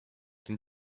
tym